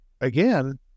Again